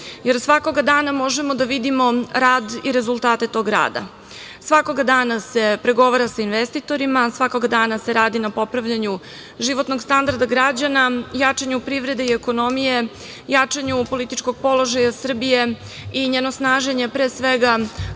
svakoga dana možemo da vidimo rad i rezultate tog rada. Svakoga dana se pregovara sa investitorima, svakoga dana se radi na popravljanju životnog standarda građana, jačanju privrede i ekonomije, jačanju političkog položaja Srbije i njeno snaženje, pre svega